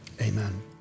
Amen